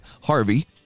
Harvey